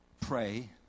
pray